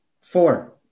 Four